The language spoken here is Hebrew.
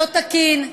לא תקין.